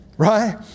Right